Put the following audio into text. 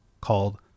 called